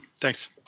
Thanks